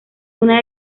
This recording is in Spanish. una